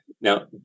Now